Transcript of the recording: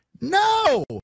No